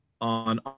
on